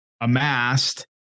amassed